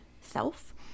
self